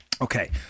Okay